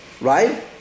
Right